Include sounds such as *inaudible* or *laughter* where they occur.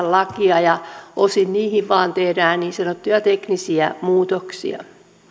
*unintelligible* lakia ja osin niihin vain tehdään niin sanottuja teknisiä muutoksia